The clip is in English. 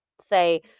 say